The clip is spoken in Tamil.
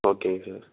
ஓகேங்க சார்